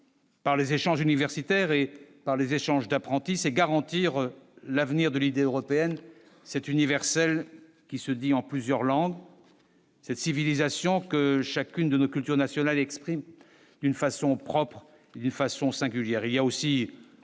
Par les échanges universitaires et par les échanges d'apprentis, c'est garantir l'avenir de l'idée européenne c'est universel, qui se dit en plusieurs langues, cette civilisation que chacune de nos cultures nationales exprime d'une façon propre d'une façon singulière,